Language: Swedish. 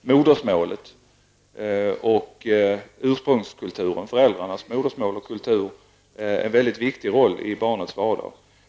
modersmål och ursprungskultur en mycket viktig roll i barnets vardag.